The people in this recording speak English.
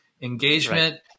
engagement